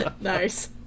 Nice